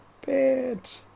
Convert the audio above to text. bit